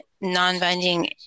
non-binding